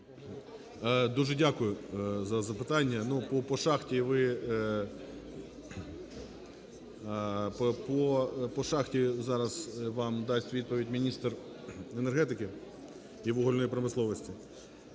Дуже дякую за запитання. Ну, по шахті ви… по шахті зараз вам дасть відповідь міністр енергетики і вугільної промисловості.